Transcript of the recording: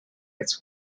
its